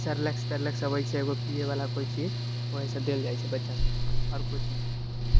Cerelacs तेरेलैक्स अबै छै एकगो पिएवला कोई चीज वएह सब देल जाइ छै बच्चा सभके आओर किछु नहि